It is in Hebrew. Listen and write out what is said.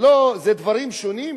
זה דברים שונים?